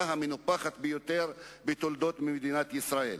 המנופחת ביותר בתולדות מדינת ישראל.